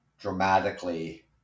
dramatically